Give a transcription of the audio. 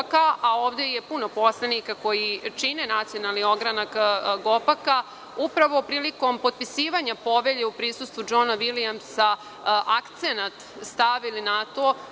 a ovde je puno poslanika koji čine Nacionalni ogranak GOPAK-a upravo prilikom potpisivanja Povelje u prisustvu Džona Vilijamsa akcenat stavili na to